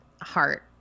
heart